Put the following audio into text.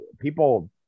people